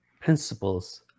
principles